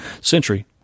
century